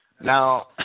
Now